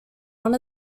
one